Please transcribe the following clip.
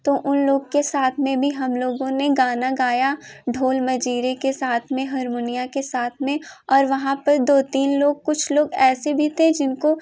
तो उन लोग के साथ में भी हम लोगों ने गाना गाया ढोल मंजीरे के साथ में हर्मोनिया के साथ में और वहाँ पर दो तीन लोग कुछ लोग ऐसे भी थे जिनको